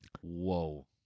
Whoa